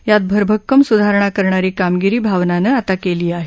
यात भरभक्कम स्धारणा करणारी कामगिरी भावनानं आता केली आहे